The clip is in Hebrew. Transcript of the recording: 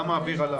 גם האוויר הלח,